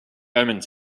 omens